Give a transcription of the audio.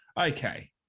okay